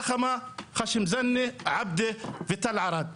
רחמה, חאשם זאנה, עבדה ותל ערד.